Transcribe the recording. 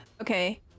okay